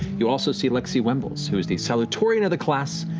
you also see lexi wembles, who is the salutatorian of the class,